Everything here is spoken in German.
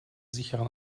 sicheren